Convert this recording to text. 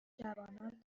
جوانان